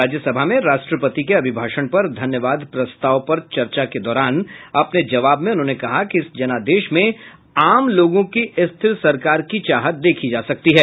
राज्यसभा में राष्ट्रपति के अभिभाषण पर धन्यवाद प्रस्ताव पर चर्चा के दौरान अपने जवाब में उन्होंने कहा कि इस जनादेश में आम लोगों की स्थिर सरकार की चाहत देखी जा सकती है